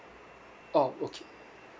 orh okay